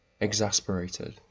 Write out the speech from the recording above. exasperated